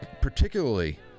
particularly